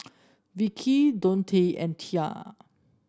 Vicki Dontae and Tia